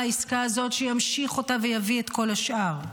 העסקה הזאת שימשיך אותה ויביא את כל השאר.